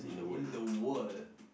in the world